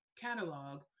catalog